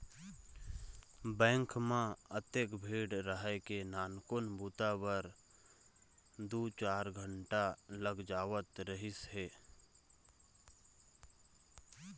bank म अतेक भीड़ रहय के नानकुन बूता बर दू चार घंटा लग जावत रहिस हे